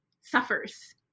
suffers